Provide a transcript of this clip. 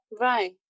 Right